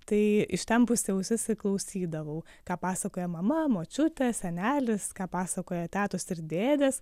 tai ištempusi ausis ir klausydavau ką pasakoja mama močiutė senelis ką pasakoja tetos ir dėdės